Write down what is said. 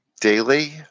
daily